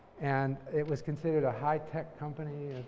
and it was considered a high tech company,